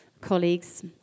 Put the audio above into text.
colleagues